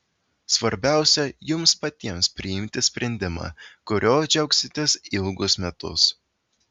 svarbiausia jums patiems priimti sprendimą kuriuo džiaugsitės ilgus metus